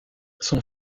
son